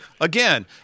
Again